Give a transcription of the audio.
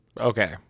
Okay